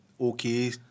okay